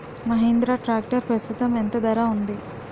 Mahindra tractor ప్రస్తుతం ఎంత ధర ఉంది?